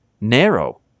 Narrow